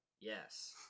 Yes